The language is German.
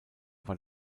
war